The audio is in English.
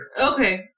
Okay